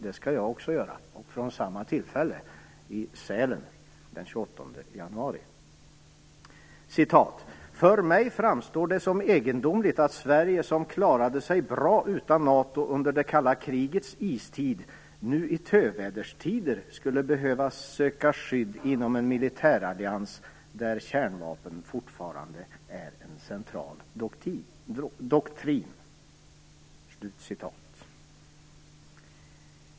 Det skall jag också göra, och från samma tillfälle - i Sälen den 28 januari: "För mig framstår det som egendomligt att Sverige, som klarade sig bra utan NATO under det kalla krigets istid, nu i töväderstider skulle behöva söka skydd inom en militärallians där kärnvapen fortfarande är en central doktrin".